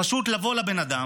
פשוט לבוא לבן אדם,